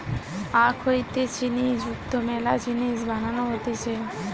আখ হইতে চিনি যুক্ত মেলা জিনিস বানানো হতিছে